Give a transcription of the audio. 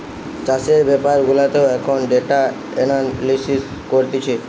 চাষের বেপার গুলাতেও এখন ডেটা এনালিসিস করতিছে